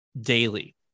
daily